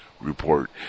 report